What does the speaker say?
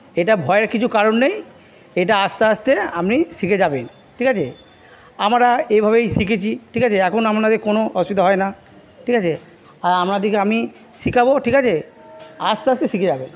এটা ভয়ের কিছু কারণ নেই এটা আস্তে আস্তে আপনি শিখে যাবেন ঠিক আছে আমরা এভাবেই শিখেছি ঠিক আছে এখন আপনাদের কোনো অসুবিধা হয় না ঠিক আছে আর আপনাদিকে আমি শিখাব ঠিক আছে আস্তে আস্তে শিখে যাবেন